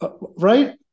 right